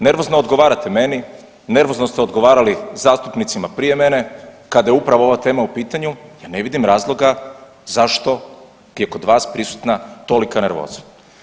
Nervozno odgovarate meni, nervozno ste odgovarali zastupnicima prije mene, kada je upravo ova tema u pitanju, pa ne vidim razloga zašto je kod vas prisutna tolika nervoza.